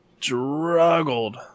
struggled